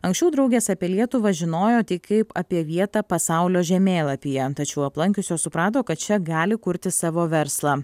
anksčiau draugės apie lietuvą žinojo tik kaip apie vietą pasaulio žemėlapyje tačiau aplankiusios suprato kad čia gali kurti savo verslą